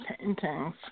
paintings